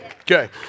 Okay